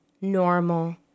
normal